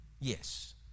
yes